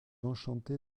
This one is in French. enchanté